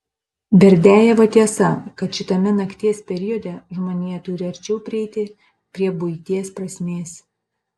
berdiajevo tiesa kad šitame nakties periode žmonija turi arčiau prieiti prie buities prasmės